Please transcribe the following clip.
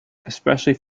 especially